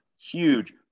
huge –